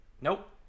Nope